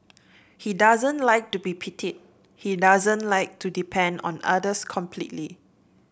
he doesn't like to be pitied he doesn't like to depend on others completely